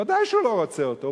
ודאי שהוא לא רוצה אותו.